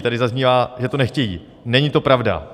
Tady zaznívá, že to nechtějí není to pravda!